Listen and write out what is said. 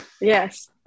Yes